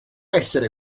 essere